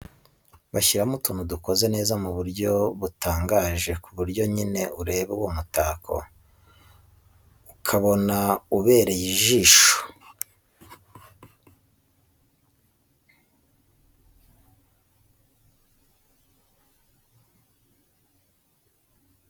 Imitako ni myiza kubera ko ituma ahantu hasa neza cyane. Mu mitako habamo amoko menshi atandukanye. Muri yo harimo iba ikoze mu bitenge, baragiye bashyiramo utuntu dukoze neza mu buryo butangaje ku buryo nyine ureba uwo mutako ukabona ubereye ijisho.